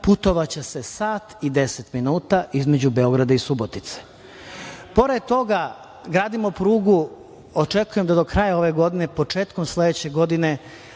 Putovaće se sat i deset minuta između Beograda i Subotice. Pored toga, gradimo prugu… Očekujem da do kraja ove godine, početkom sledeće godine